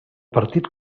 partit